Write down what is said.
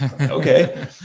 okay